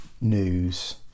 news